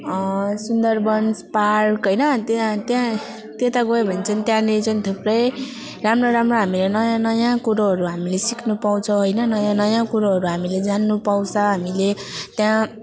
Sundarban park होइन त्यहाँ त्यहाँ त्यता गयो भने चाहिँ त्यहाँनेरि चाहिँ थुप्रै राम्रो राम्रो हामीले नयाँ नयाँ कुरोहरू हामीले सिक्नु पाउँछ होइन नयाँ नयाँ कुरोहरू हामीले जान्नु पाउँछ हामीले त्यहाँ